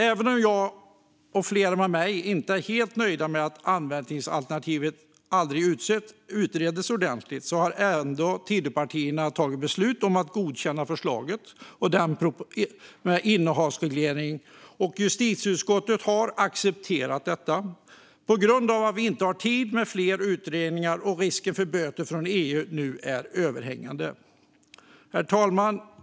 Även om jag och flera med mig inte är helt nöjda med att användaralternativet aldrig utreddes ordentligt har ändå Tidöpartierna fattat beslut om att godkänna innehavsreglering. Justitieutskottet har också accepterat detta på grund av att vi inte har tid med fler utredningar och att risken för böter från EU nu är överhängande. Herr talman!